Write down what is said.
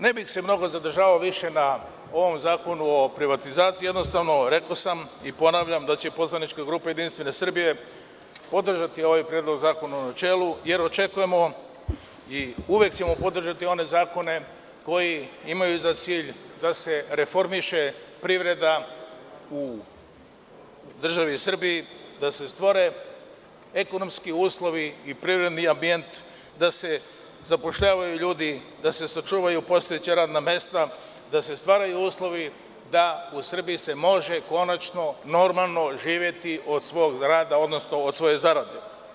Ne bih se više zadržavao na ovom zakonu o privatizaciji, jednostavno rekao sam i ponavljam da će poslanička grupa JS podržati ovaj predlog zakona u načelu, jer očekujemo i uvek ćemo podržati one zakone koji imaju za cilj da se reformiše privreda u državi Srbiji, da se stvore ekonomski uslovi i privredni ambijent, da se zapošljavaju ljudi, da se sačuvaju postojeća radna mesta, da se stvaraju uslovi da se u Srbiji može konačno, normalno živeti od svog rada, odnosno od svoje zarade.